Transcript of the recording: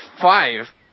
five